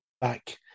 back